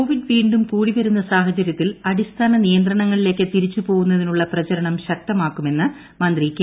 Covid വീണ്ടും കൂടി വരുന്ന സാഹചരൃത്തിൽ അടിസ്ഥാന നിയന്ത്രണങ്ങളിലേക്ക് തിരിച്ചു പോവുന്നതിനുള്ള പ്രചരണം ശക്തമാക്കുമെന്ന് മന്ത്രി കെ